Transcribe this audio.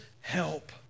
help